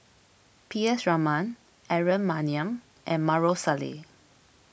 P S Raman Aaron Maniam and Maarof Salleh